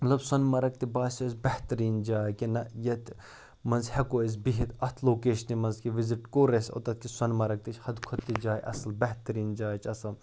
مطلب سۄنمرٕگ تہِ باسیو اَسہِ بہتریٖن جاے کہِ نَہ ییٚتہٕ منٛز ہٮ۪کو أسۍ بِہِتھ اَتھ لوکیشنہِ منٛز کہِ وِزِٹ کوٚر اَسہِ اوٚتَتھ یہِ سۄنمرٕگ تہِ چھِ حدٕ کھۄتہٕ تہِ جاے اَصٕل بہتریٖن جاے چھِ اَصٕل